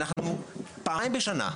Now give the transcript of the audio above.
אנחנו פעמיים בשנה,